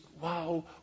wow